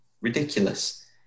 ridiculous